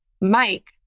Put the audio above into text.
Mike